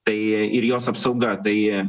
tai ir jos apsauga tai